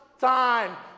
time